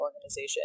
organization